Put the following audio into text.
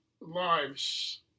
lives